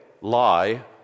lie